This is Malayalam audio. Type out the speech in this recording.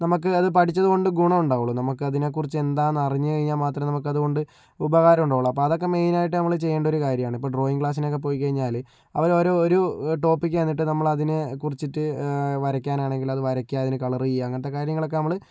നമ്മൾക്ക് അത് പഠിച്ചതുകൊണ്ട് ഗുണം ഉണ്ടാവുള്ളൂ നമ്മൾക്ക് അതിനെക്കുറിച്ച് എന്താണെന്ന് അറിഞ്ഞു കഴിഞ്ഞാൽ മാത്രമേ നമുക്ക് അതുകൊണ്ട് ഉപകാരം ഉണ്ടാകുള്ളൂ അപ്പോൾ അതൊക്കെ മെയിനായിട്ട് നമ്മൾ ചെയ്യേണ്ട ഒരു കാര്യമാണ് ഇപ്പോൾ ഡ്രോയിങ്ങ് ക്ലാസിനൊക്കെ പോയിക്കഴിഞ്ഞാൽ അവർ ഓരോ ഒരു ടോപ്പിക്ക് തന്നിട്ട് നമ്മള് അതിനെക്കുറിച്ചിട്ട് വരയ്ക്കാൻ ആണെങ്കിൽ അത് വരയ്ക്കുക അതിന് കളർ ചെയ്യുക അങ്ങനത്തെ കാര്യങ്ങളൊക്കെ നമ്മൾ